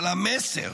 אבל המסר